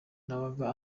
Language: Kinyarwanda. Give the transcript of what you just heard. nabonaga